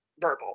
verbal